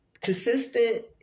consistent